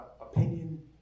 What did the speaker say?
opinion